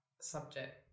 subject